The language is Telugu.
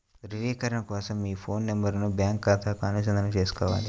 ధ్రువీకరణ కోసం మీ ఫోన్ నెంబరును బ్యాంకు ఖాతాకు అనుసంధానం చేసుకోవాలి